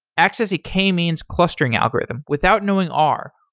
access a k-means clustering algorithm without knowing r,